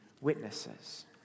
witnesses